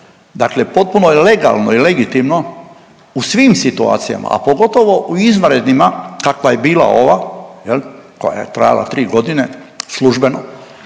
Dakle potpuno je legalno i legitimno u svim situacijama, a pogotovo u izvanrednima kakva je bila ova, je li, koja je trajala 3 godine službeno,